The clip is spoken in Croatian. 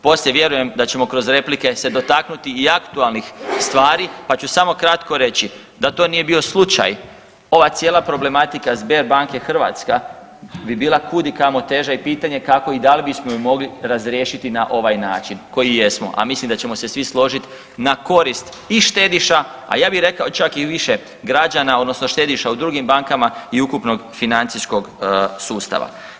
Poslije vjerujem da ćemo kroz replike se dotaknuti i aktualnih stvari, pa ću samo kratko reći da to nije bio slučaj, ova cijela problematika Sberbanke Hrvatska bi bila kud i kamo teža i pitanje je kako i da li bismo ju mogli razriješiti na ovaj način koji jesmo, a mislim da ćemo se svi složit na korist i štediša, a ja bi rekao čak i više građana odnosno štediša u drugim bankama i ukupnog financijskog sustava.